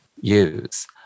use